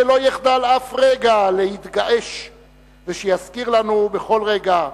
שלא יחדל אף רגע להתגעש ושיזכיר לנו בכל רגע: